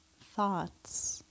thoughts